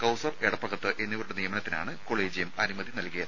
കൌസർ എടപ്പകത്ത് എന്നിവരുടെ നിയമനത്തിനാണ് കൊളീജിയം അനുമതി നൽകി